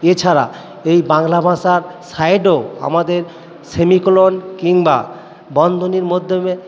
এছাড়া এই বাংলা ভাষার সাইডেও আমাদের সেমিকোলন কিংবা বন্ধনির মাধ্যমে